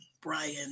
Brian